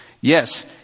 Yes